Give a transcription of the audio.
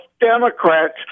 Democrats